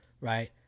right